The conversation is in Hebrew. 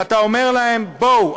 ואתה אומר להם: בואו,